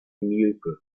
mielke